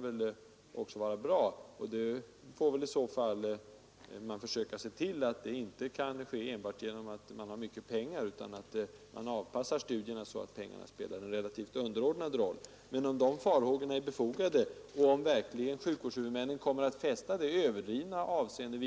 Vi får väl då försöka se till att det inte kan ske enbart om man har mycket pengar utan att studierna läggs upp så att pengarna spelar en underordnad roll. Men om dessa farhågor är befogade och om sjukvårdshuvudmännen verkligen kommer att fästa det överdrivna avseende